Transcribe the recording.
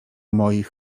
moich